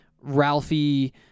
Ralphie